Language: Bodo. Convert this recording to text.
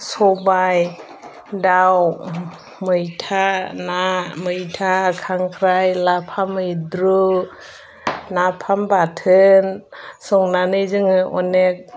सबाय दाउ मैथा ना मैथा खांख्राइ लाफा मैद्रु नाफाम बाथोन संनानै जोङो अनेक